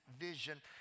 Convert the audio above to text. vision